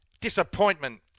disappointment